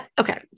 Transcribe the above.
Okay